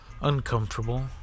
uncomfortable